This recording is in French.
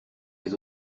les